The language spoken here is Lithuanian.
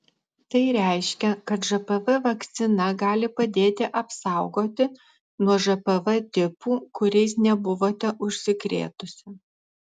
tai reiškia kad žpv vakcina gali padėti apsaugoti nuo žpv tipų kuriais nebuvote užsikrėtusi